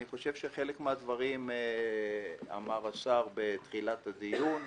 אני הגעתי לפה לפני שנתיים וחצי ומצאתי ארגון מדהים,